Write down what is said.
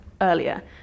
earlier